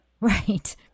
Right